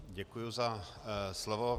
Děkuji za slovo.